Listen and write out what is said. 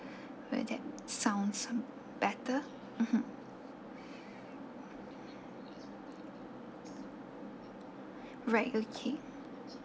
would that sounds better mmhmm right okay